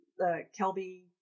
Kelby